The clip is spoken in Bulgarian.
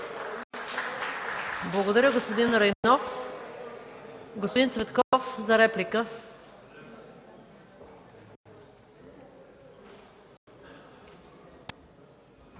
Благодаря, господин Райнов. Господин Цветков – за реплика.